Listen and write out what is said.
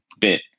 bit